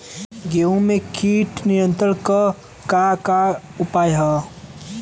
गेहूँ में कीट नियंत्रण क का का उपाय ह?